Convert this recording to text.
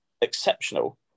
exceptional